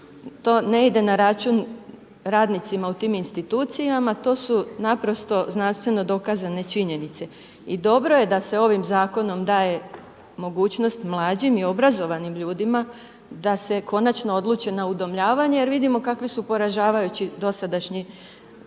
to ne ide na račun radnicima u tim institucijama, to su naprosto znanstveno dokazane činjenice i dobro je da se ovim zakonom daje mogućnost mlađim i obrazovanim ljudima da se konačno odluče na udomljavanje jer vidimo kakvi su poražavajući dosadašnji